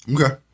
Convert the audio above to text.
Okay